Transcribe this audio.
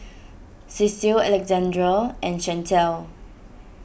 Ceil Alexandra and Shantel